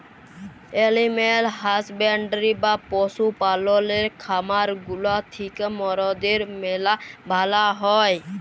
animal husbandry বা পশু পাললের খামার গুলা থিক্যা মরদের ম্যালা ভালা হ্যয়